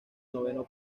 noveno